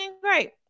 great